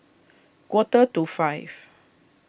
quarter to five